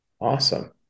Awesome